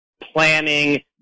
planning